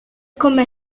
kommer